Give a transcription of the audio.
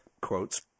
quotes